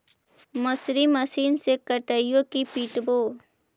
मसुरी मशिन से कटइयै कि पिटबै?